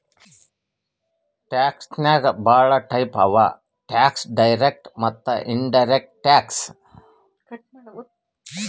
tax ನಾಗ್ ಭಾಳ type ಅವಾ ಟ್ಯಾಕ್ಸ್ ಡೈರೆಕ್ಟ್ ಮತ್ತ ಇನಡೈರೆಕ್ಟ್ ಟ್ಯಾಕ್ಸ್